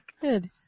Good